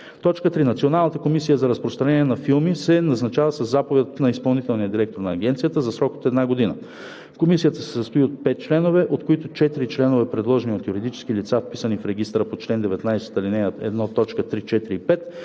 (3) Националната комисия за разпространение на филми се назначава със заповед на изпълнителния директор на агенцията за срок една година. Комисията се състои от 5 членове, от които 4 членове, предложени от юридически лица, вписани в регистъра по чл. 19, ал. 1,